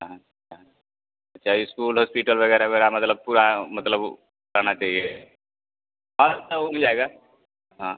कहाँ कहाँ अच्छा इस्कूल हॉस्पिटल वगैरह वगैरह मतलब पूरा मतलब रहना चाहिए हाँ तो जाएगा हाँ